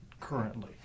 currently